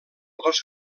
dos